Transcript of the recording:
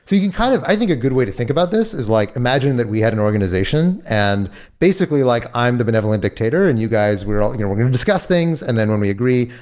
kind of i think a good way to think about this is like imagined that we had an organization, and basically like i am the benevolent dictator and you guys were we're going to discuss things, and then when we agree,